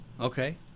Okay